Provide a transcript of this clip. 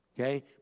Okay